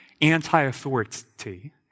anti-authority